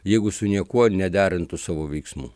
jeigu su niekuo nederintų savo veiksmų